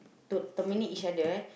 to terminate each other eh